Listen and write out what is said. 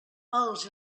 els